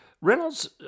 Reynolds